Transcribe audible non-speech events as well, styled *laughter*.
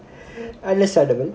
*laughs*